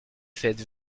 faites